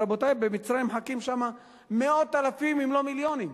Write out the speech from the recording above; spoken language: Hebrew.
רבותי, במצרים מחכים מאות אלפים, אם לא מיליונים.